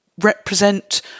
represent